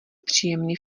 příjemný